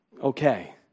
okay